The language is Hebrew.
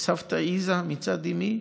וסבתא איזה מצד אימי,